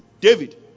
David